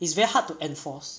it's very hard to enforce